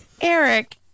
Eric